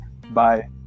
bye